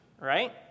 right